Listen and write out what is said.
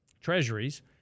treasuries